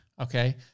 Okay